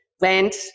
went